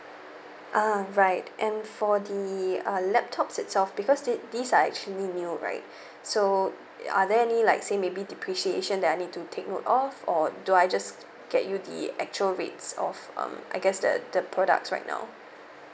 uh right and for the uh laptop itself because thi~ these are actually new right so are there any like say maybe depreciation that I need to take note of or do I just get you the actual rates of um I guess the the products right now